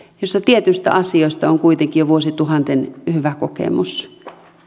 jossa tietyistä asioista on kuitenkin jo vuosituhanten hyvä kokemus